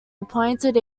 appointed